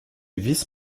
vice